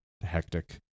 hectic